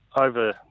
over